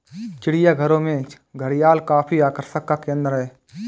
चिड़ियाघरों में घड़ियाल काफी आकर्षण का केंद्र है